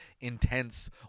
intense